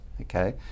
okay